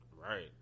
Right